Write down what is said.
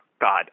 God